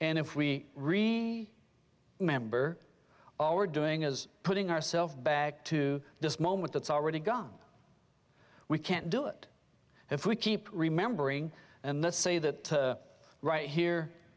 and if we re remember all we're doing is putting ourself back to this moment that's already gone we can't do it if we keep remembering and let's say that right here